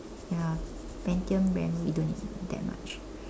ya Pantium memory we don't need to very much